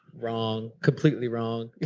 wrong. completely wrong.